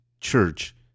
church